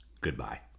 Goodbye